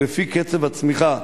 כי לפי קצב הצמיחה,